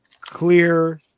clear